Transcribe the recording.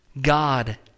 God